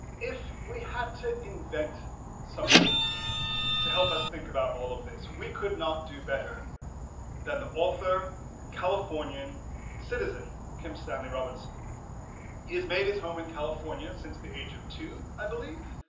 if we had to invent someone to help us think about all of this we could not do better then the author and californian citizen kim stanley robinson he is made his home in california since the age of two, i believe